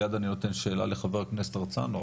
מייד אני אתן שאלה לחה"כ הרצנו,